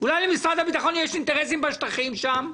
אולי למשרד הביטחון יש אינטרסים בשטחים שם?